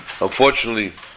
unfortunately